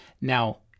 Now